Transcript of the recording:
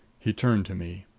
he turned to me.